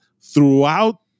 throughout